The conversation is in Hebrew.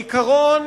העיקרון